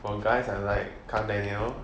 for guys I like kang daniel